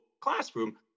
classroom